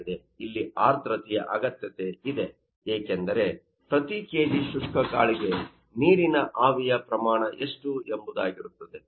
ಇಲ್ಲಿ ಆರ್ದ್ರತೆಯ ಅಗತ್ಯತೆ ಇದೆ ಏಕೆಂದರೆ ಪ್ರತಿ ಕೆಜಿ ಶುಷ್ಕ ಗಾಳಿಗೆ ನೀರಿನ ಆವಿಯ ಪ್ರಮಾಣ ಎಷ್ಟು ಎಂಬುದಾಗಿರುತ್ತದೆ